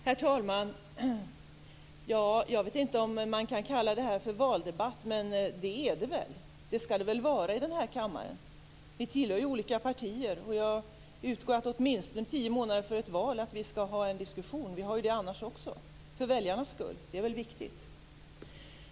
Herr talman! Jag vet inte om man kan kalla det här för en valdebatt, men det är det väl. Det skall det väl vara i den här kammaren. Vi tillhör ju olika partier, och jag utgår från att vi tio månader före ett val åtminstone skall ha en diskussion - vi har ju det annars också - för väljarnas skull. Det är väl viktigt.